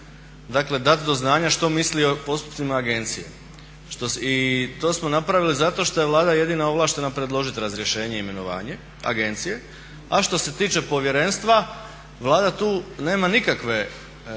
dakle dat do znanja što misli o postupcima agencije. I to smo napravili zato što je Vlada jedina ovlaštena predložiti razrješenje i imenovanje agencije, a što se tiče Povjerenstva Vlada tu nema nikakve ovlasti,